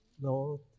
Lord